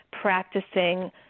practicing